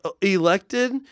elected